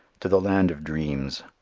to the land of dreams,